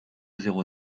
zéro